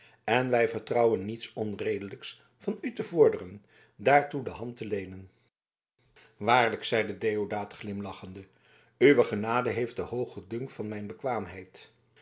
en wij vertrouwen niets onredelijks van u te vorderen daartoe de hand te leenen waarlijk zeide deodaat glimlachende uw genade heeft te hoogen dunk van mijn bekwaamheid